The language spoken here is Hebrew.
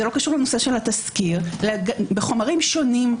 זה לא קשור לנושא של התזכיר בחומרים שונים,